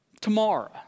tomorrow